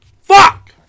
Fuck